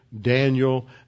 Daniel